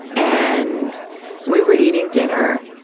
and we were eating dinner,